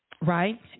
Right